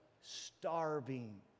starving